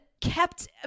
kept